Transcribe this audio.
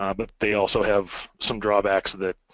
um but they also have some drawbacks that